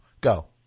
Go